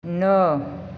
नओ